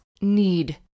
need